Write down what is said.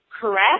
correct